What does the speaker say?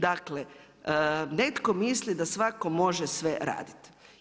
Dakle, netko misli da svatko može sve raditi.